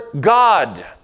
God